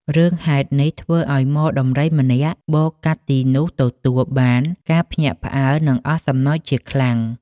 រឿងហេតុនេះធ្វើឱ្យហ្មដំរីម្នាក់បរកាត់ទីនោះទទួល បានការភ្ញាក់ផ្អើលនឹកអស់សំណើចជាខ្លាំង។